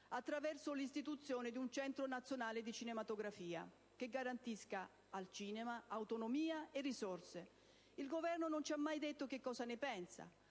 attraverso l'istituzione di un centro nazionale di cinematografia, che garantisca al cinema autonomia e risorse. Il Governo non ci ha mai detto che cosa ne pensa,